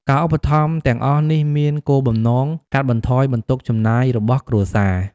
ការឧបត្ថម្ភទាំងអស់នេះមានគោលបំណងកាត់បន្ថយបន្ទុកចំណាយរបស់គ្រួសារ។